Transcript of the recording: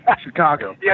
Chicago